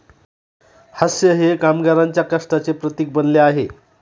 हास्य हे कामगारांच्या कष्टाचे प्रतीक बनले आहे